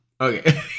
Okay